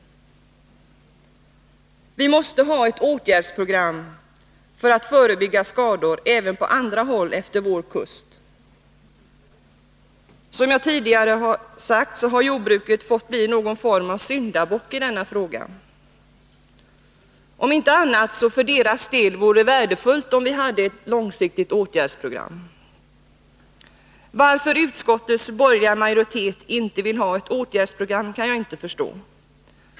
Vi måste ha ett åtgärdsprogram för att kunna förebygga skador även på andra håll utefter vår kust. Som jag sade tidigare har jordbruket fått bli någon form av syndabock i denna fråga. Om inte annat, så för dess del vore det värdefullt om vi hade ett sådant långsiktigt åtgärdsprogram. Varför utskottets borgerliga majoritet inte vill ha ett åtgärdsprogram kan jag inte förstå.